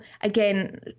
again